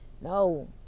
no